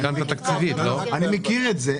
אני מכיר את זה.